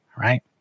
Right